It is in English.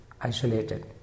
isolated